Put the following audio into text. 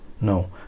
No